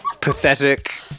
pathetic